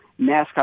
NASCAR